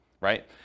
right